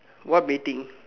what baiting